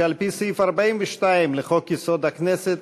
שעל-פי סעיף 42 לחוק-יסוד: הכנסת,